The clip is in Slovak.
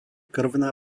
krvná